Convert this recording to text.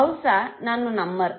బహుశా నన్ను నమ్మరు